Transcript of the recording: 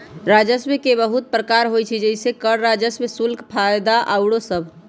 राजस्व के बहुते प्रकार होइ छइ जइसे करें राजस्व, शुल्क, फयदा आउरो सभ